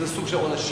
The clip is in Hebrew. איזה סוג של עונשים,